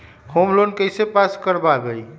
Home loan कैसे pass कर बाबई?